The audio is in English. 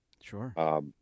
Sure